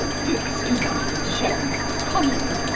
um do excuse me, mr chapman come in,